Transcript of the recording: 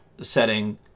setting